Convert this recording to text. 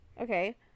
Okay